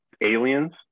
aliens